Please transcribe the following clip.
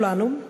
כולנו,